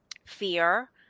fear